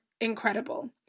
incredible